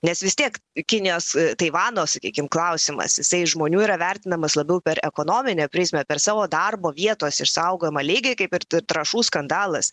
nes vis tiek kinijos taivano sakykim klausimas jisai žmonių yra vertinamas labiau per ekonominę prizmę per savo darbo vietos išsaugojimą lygiai kaip ir trąšų skandalas